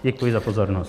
Děkuji za pozornost.